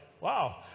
wow